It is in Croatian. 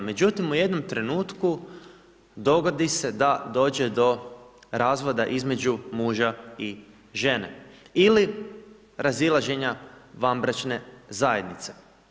Međutim u jednom trenutku dogodi se da dođe do razvoda između muža i žene ili razilaženja vanbračne zajednice.